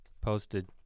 posted